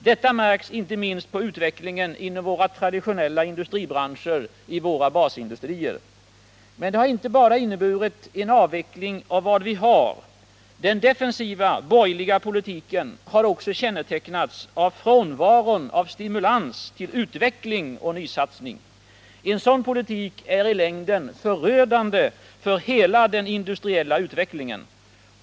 Detta märks inte minst på utvecklingen inom våra traditionella industribranscher, i våra basindustrier. Men det har inte bara inneburit en avveckling av vad vi har. Den defensiva borgerliga politiken har också kännetecknats av frånvaron av stimulans till utveckling och nysatsning. En sådan politik är i längden förödande för hela den industriella utvecklingen.